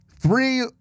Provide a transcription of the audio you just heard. Three